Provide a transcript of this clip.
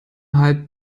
hat